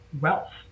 wealth